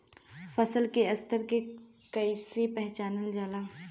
फसल के स्तर के कइसी पहचानल जाला